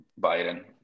Biden